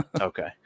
Okay